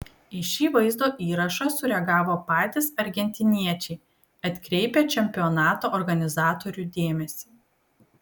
į šį vaizdo įrašą sureagavo patys argentiniečiai atkreipę čempionato organizatorių dėmesį